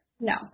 No